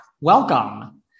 Welcome